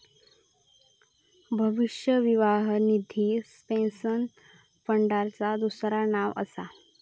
भविष्य निर्वाह निधी पेन्शन फंडाचा दुसरा नाव असा